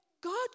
God